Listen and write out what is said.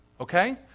Okay